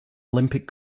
olympic